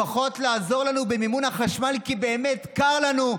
לפחות לעזור לנו במימון החשמל כי באמת קר לנו,